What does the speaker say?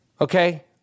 okay